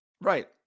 Right